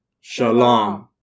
Shalom